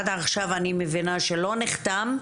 עד עכשיו אני מבינה שלא נחתם,